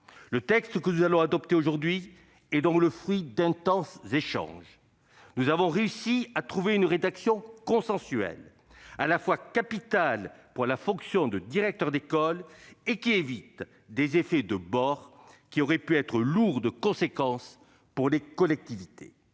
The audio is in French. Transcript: Le texte que nous allons adopter aujourd'hui est donc le fruit d'intenses échanges. Nous avons réussi à trouver une rédaction consensuelle ; d'une importance capitale pour l'exercice de la fonction de directeur d'école, elle évite de surcroît des effets de bord qui auraient pu être lourds de conséquences pour les collectivités.